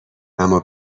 اما